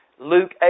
Luke